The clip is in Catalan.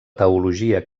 teologia